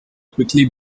quickly